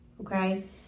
Okay